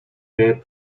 ryb